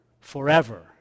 forever